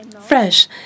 fresh